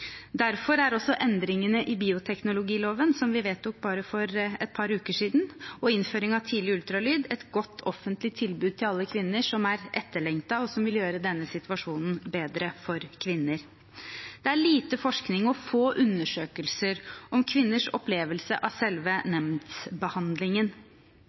Derfor er også endringene i bioteknologiloven som vi vedtok for bare et par uker siden, og innføring av tidlig ultralyd, et godt offentlig tilbud til alle kvinner, som er etterlengtet og vil gjøre denne situasjonen bedre for kvinner. Det er lite forskning og få undersøkelser om kvinners opplevelse av selve